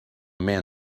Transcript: man